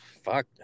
fuck